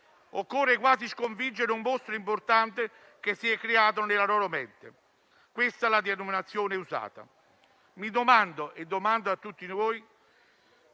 Occorre quasi sconfiggere un mostro importante che si è creato nella loro mente (questa la denominazione usata). Mi domando e domando a tutti noi